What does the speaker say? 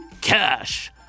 cash